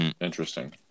Interesting